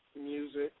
music